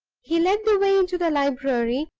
he led the way into the library,